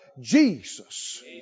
Jesus